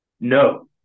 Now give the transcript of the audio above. No